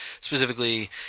Specifically